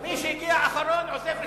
מי שהגיע אחרון, עוזב ראשון.